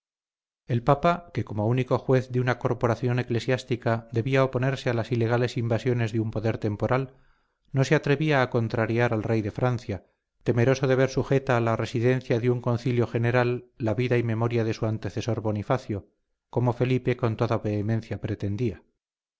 el papa que como único juez de una corporación eclesiástica debía oponerse a las ilegales invasiones de un poder temporal no se atrevía a contrariar al rey de francia temeroso de ver sujeta a la residencia de un concilio general la vida y memoria de su antecesor bonifacio como felipe con toda vehemencia pretendía